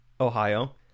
Ohio